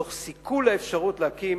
תוך סיכול האפשרות להקים